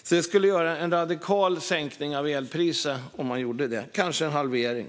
Så det skulle innebära en radikal sänkning av elpriset - kanske en halvering.